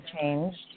changed